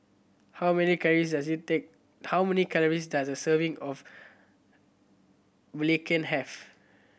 how many calories does it take how many calories does a serving of belacan have